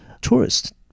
tourists